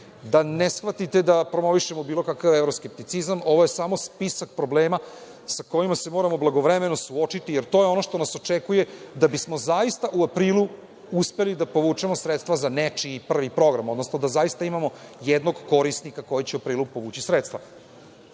Da ne shvatite da promovišemo bilo kakav evroskepticizam, ovo je samo spisak problema sa kojima se moramo blagovremeno suočiti, jer to je ono što nas očekuje da bismo zaista u aprilu uspeli da povučemo sredstva za nečiji prvi program, odnosno da zaista imamo jednog korisnika koji će u aprilu povući sredstva,